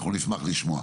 נשמח לשמוע.